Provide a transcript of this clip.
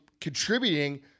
contributing